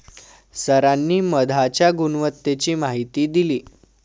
सरांनी मधाच्या गुणवत्तेची माहिती दिली